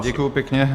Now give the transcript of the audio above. Děkuji pěkně.